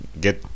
get